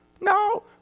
No